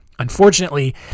unfortunately